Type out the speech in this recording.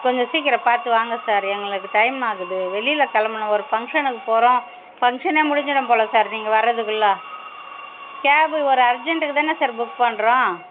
கொஞ்சம் சீக்கிரம் பார்த்து வாங்க சார் எங்களுக்கு டைம் ஆகுது வெளியில் கெளம்பணும் ஒரு ஃபங்ஷனுக்கு போகிறோம் ஃபங்ஷனே முடிஞ்சிடும் போல சார் நீங்கள் வரதுக்குள்ளே கேபு ஒரு அர்ஜென்ட்டுக்கு தானே சார் புக் பண்ணுறோம்